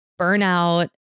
burnout